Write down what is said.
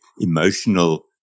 emotional